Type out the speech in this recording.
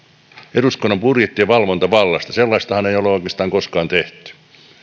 eduskunnan budjetti ja valvontavallasta sellaistahan ei ole oikeastaan koskaan tehty